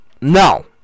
No